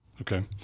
Okay